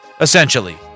essentially